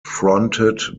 fronted